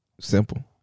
simple